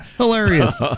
hilarious